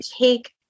take